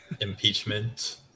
Impeachment